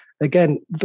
again